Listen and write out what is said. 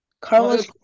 Carlos